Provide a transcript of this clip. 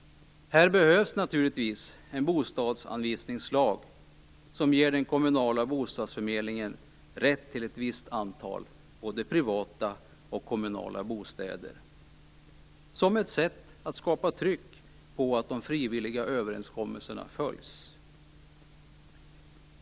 Här behövs naturligtvis en bostadsanvisningslag som ger den kommunala bostadsförmedlingen rätt till ett visst antal både privata och kommunala bostäder som ett sätt att skapa tryck på att de frivilliga överenskommelserna följs.